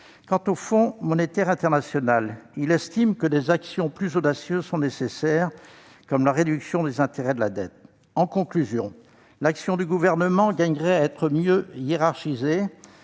Quant au Fonds monétaire international, il estime que des actions plus audacieuses sont nécessaires, comme la réduction des intérêts de la dette. En conclusion, l'action du Gouvernement gagnerait à être mieux hiérarchisée.